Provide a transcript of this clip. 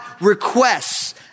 requests